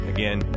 Again